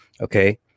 Okay